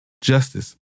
Justice